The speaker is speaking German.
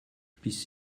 biss